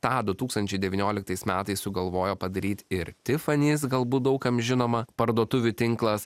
tą du tūkstančiai devynioliktais metais sugalvojo padaryt ir tifanys galbūt daug kam žinoma parduotuvių tinklas